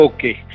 Okay